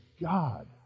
God